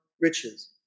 riches